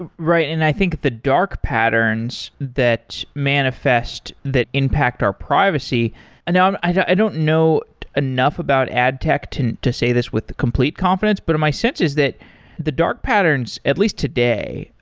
ah right, and i think the dark patterns that manifest that impact our privacy and um i don't know enough about ad tech to to say this with complete confidence, but my sense is that the dark patterns, at least today,